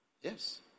Yes